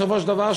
בסופו של דבר,